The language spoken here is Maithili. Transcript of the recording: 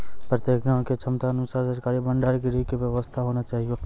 प्रत्येक गाँव के क्षमता अनुसार सरकारी भंडार गृह के व्यवस्था होना चाहिए?